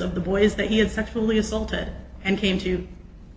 of the boys that he had sexually assaulted and came to